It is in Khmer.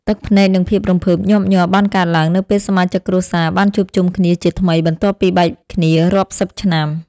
ទឹកភ្នែកនិងភាពរំភើបញាប់ញ័របានកើតឡើងនៅពេលសមាជិកគ្រួសារបានជួបជុំគ្នាជាថ្មីបន្ទាប់ពីបែកគ្នារាប់សិបឆ្នាំ។